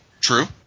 true